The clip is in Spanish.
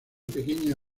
pequeña